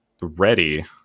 ready